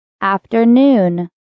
Afternoon